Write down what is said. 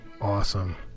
Awesome